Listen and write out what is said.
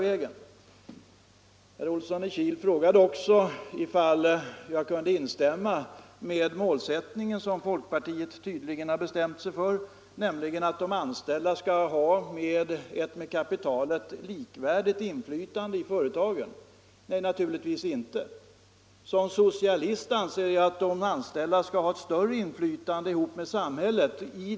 Måndagen den Herr Olsson i Kil frågade också ifall jag kunde ansluta mig till den 9 december 1974 målsättning som folkpartiet tydligen har bestämt sig för, nämligen att Nej, naturligtvis inte. Som socialist anser jag att de anställda skall ha medbestämmande ett större inflytande ihop med samhället.